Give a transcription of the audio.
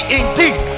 indeed